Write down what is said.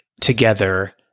together